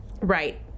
Right